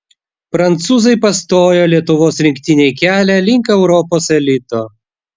prancūzai pastojo lietuvos rinktinei kelią link europos elito